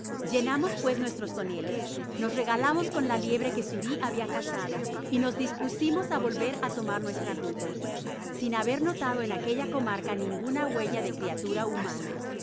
llenamos pues nuestros toneles nos regalamos con la liebre que xuri habia cazado y nos dispusimos á volver á tomar nuestra ruta sin haber notado en aquella comarca ninguna huella de criatura humana